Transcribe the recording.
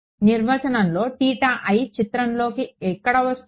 నిర్వచనంలో theta i చిత్రంలోకి ఎక్కడ వస్తుంది